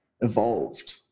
evolved